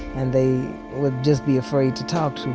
and they would just be afraid to talk to